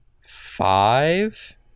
five